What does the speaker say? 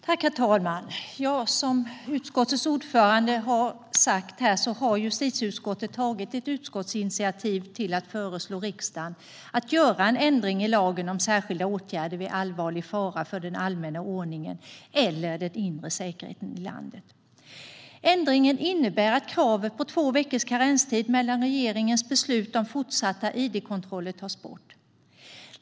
Herr talman! Som utskottets ordförande har sagt har justitieutskottet tagit ett utskottsinitiativ till att föreslå riksdagen att göra en ändring i lagen om särskilda åtgärder vid allvarlig fara för den allmänna ordningen eller den inre säkerheten i landet. Ändringen innebär att kravet på två veckors karenstid mellan regeringens beslut om fortsatta id-kontroller tas bort.